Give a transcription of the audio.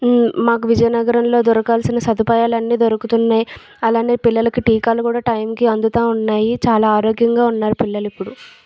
మాకు విజయనగరంలో దొరకాల్సిన సదుపాయాలు అన్ని దొరుకుతున్నాయి అలానే పిల్లలకు టీకాలు కూడా టైంకి అందుతా ఉన్నాయి చాలా ఆరోగ్యంగా ఉన్నారు పిల్లలు ఇప్పుడు